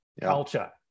culture